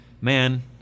man